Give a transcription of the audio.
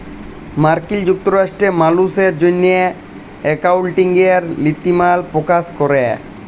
মার্কিল যুক্তরাষ্ট্রে মালুসের জ্যনহে একাউল্টিংয়ের লিতিমালা পকাশ ক্যরে